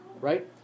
right